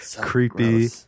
Creepy